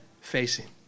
facing